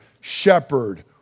shepherd